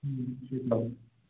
হ্যাঁ শুয়ে পর